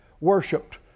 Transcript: worshipped